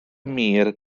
mur